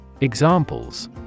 Examples